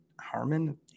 Harmon